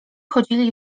wchodzili